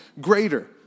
greater